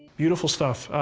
beautiful stuff.